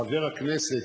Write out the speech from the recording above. חבר הכנסת,